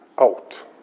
out